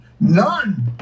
none